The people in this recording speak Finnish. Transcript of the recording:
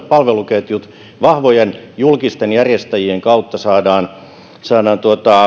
palveluketjut vahvojen julkisten järjestäjien kautta saadaan saadaan